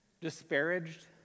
Disparaged